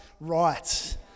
right